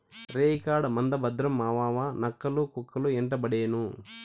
రేయికాడ మంద భద్రం మావావా, నక్కలు, కుక్కలు యెంటపడేను